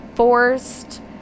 Forced